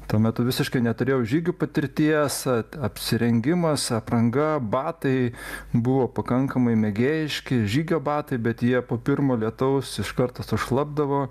tuo metu visiškai neturėjau žygių patirties apsirengimas apranga batai buvo pakankamai mėgėjiški žygio batai bet jie po pirmo lietaus iš karto sušlapdavo